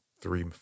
three